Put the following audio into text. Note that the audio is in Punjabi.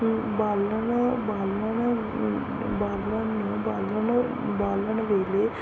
ਬਾਲਣ ਬਾਲਣ ਬਾਲਣ ਬਾਲਣ ਬਾਲਣ ਵੇਲੇ